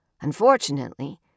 Unfortunately